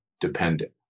dependent